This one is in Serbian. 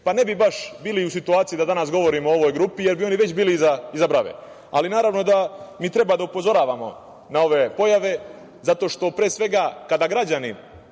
pa ne bi baš bili u situaciji da danas govorimo o ovoj grupi, jer bi oni već bili iza brave. Naravno, mi treba da upozoravamo na ove pojave, jer kada građani